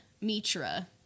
Mitra